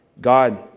God